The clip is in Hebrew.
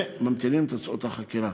וממתינים לתוצאות החקירה.